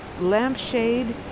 lampshade